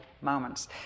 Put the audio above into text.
moments